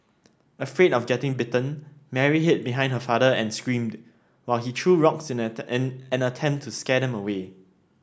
afraid of getting bitten Mary hid behind her father and screamed while he threw rocks in an attempt to scare them away